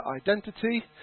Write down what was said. identity